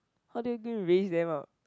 how do you going to raise them up